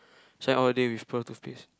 Shine all day with pearl toothpaste